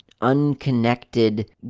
unconnected